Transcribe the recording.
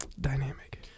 Dynamic